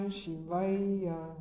Shivaya